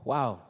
Wow